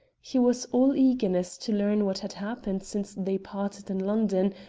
he was all eagerness to learn what had happened since they parted in london,